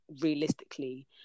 realistically